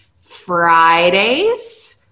Fridays